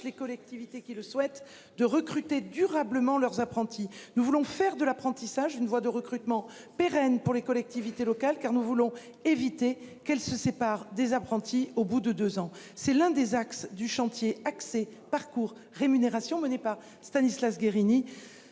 les collectivités qui le souhaitent de recruter durablement leurs apprentis, nous voulons faire de l'apprentissage, une voie de recrutement pérenne pour les collectivités locales car nous voulons éviter qu'elle se sépare des apprentis au bout de deux ans, c'est l'un des axes du chantier. Parcours rémunération menée par Stanislas Guerini